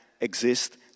exist